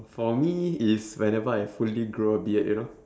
for me is whenever I fully grow a beard you know